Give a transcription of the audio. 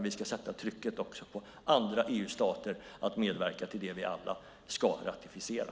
Vi ska sätta trycket på andra EU-stater att medverka till det vi alla ska ratificera.